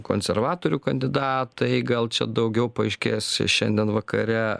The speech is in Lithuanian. konservatorių kandidatai gal čia daugiau paaiškės šiandien vakare